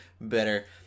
better